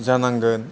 जानांगोन